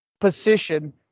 position